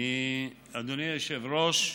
אדוני היושב-ראש,